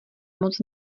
moc